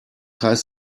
heißt